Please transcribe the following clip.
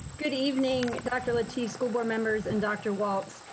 good evening, dr. lateef, school board members and dr. walts.